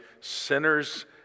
Sinners